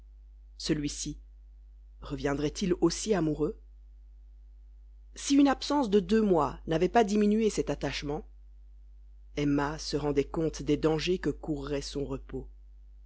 celui-ci reviendrait-il aussi amoureux si une absence de deux mois n'avait pas diminué cet attachement emma se rendait compte des dangers que courrait son repos